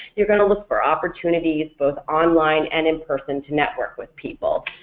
you're going to look for opportunities both online and in-person to network with people.